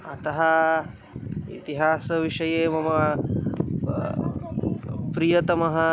अतः इतिहासविषये मम प्रियतमः